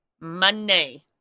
Money